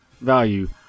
value